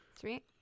Sweet